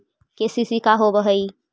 KCC का होव हइ?